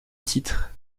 titres